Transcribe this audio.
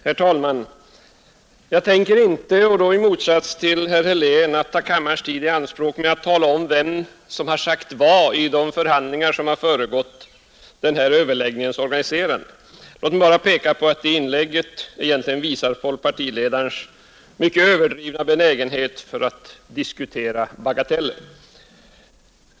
Herr talman! Jag tänker inte — i motsats till herr Helén — ta kammarens tid i anspråk med att tala om vem som har sagt vad inför överläggningarna om organiserandet av denna debatt. Låt mig bara peka på att herr Heléns inlägg visar folkpartiledarens överdrivna benägenhet att diskutera bagateller.